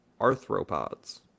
arthropods